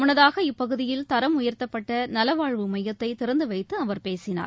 முன்னதாக இப்பகுதியில் தரம் உயர்த்தப்பட்டநலவாழ்வு மையத்தைதிறந்துவைத்துஅவர் பேசினார்